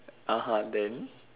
(uh huh) then